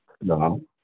No